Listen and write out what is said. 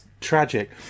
tragic